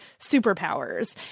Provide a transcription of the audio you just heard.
superpowers